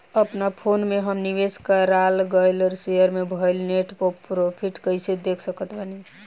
अपना फोन मे हम निवेश कराल गएल शेयर मे भएल नेट प्रॉफ़िट कइसे देख सकत बानी?